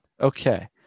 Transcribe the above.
Okay